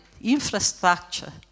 infrastructure